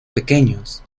pequeños